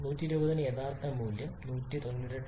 120 ന് യഥാർത്ഥ മൂല്യം 198